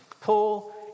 Paul